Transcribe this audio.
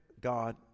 God